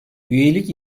üyelik